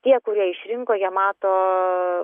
tie kurie išrinko jie mato